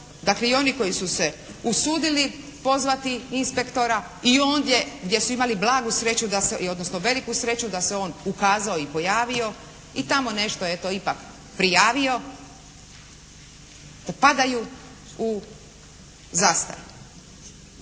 dakle i oni koji su se usudili pozvati inspektora i ondje gdje su imali blagu sreću da se, odnosno veliku sreću da se on ukazao i pojavio i tamo nešto eto ipak prijavio, upadaju u zastaru.